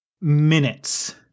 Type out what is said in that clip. minutes